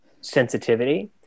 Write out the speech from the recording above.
sensitivity